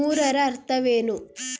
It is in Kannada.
ಮೂರರ ಅರ್ಥವೇನು?